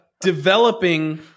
developing